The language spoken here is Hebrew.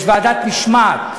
יש ועדת משמעת.